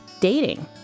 dating